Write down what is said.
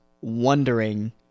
wondering